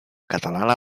catalana